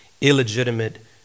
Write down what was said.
illegitimate